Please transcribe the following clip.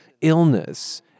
illness